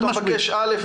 אתה מבקש א',